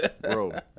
bro